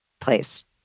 place